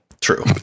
true